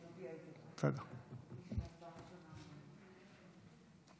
יהדות התורה וקבוצת סיעת הציונות הדתית לפני סעיף 1 לא נתקבלה.